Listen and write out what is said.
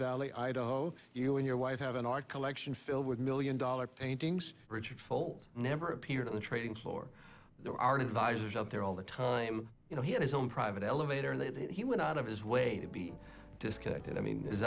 valley idaho you and your wife have an art collection filled with million dollar paintings richard fuld never appeared on the trading floor there are devices out there all the time you know he had his own private elevator and that he went out of his way to be disconnected i mean i